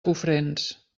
cofrents